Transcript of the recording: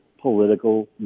political